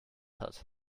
hat